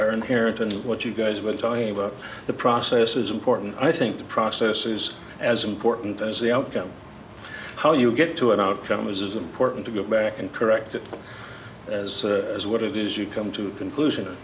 are inherent in what you guys were talking about the process is important i think the process is as important as the outcome how you get to an outcome is as important to go back and correct it as is what it is you come to conclusion